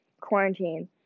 quarantine